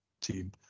team